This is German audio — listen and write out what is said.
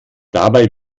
dabei